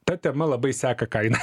ta tema labai seka kainą